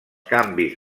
canvis